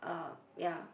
um yeah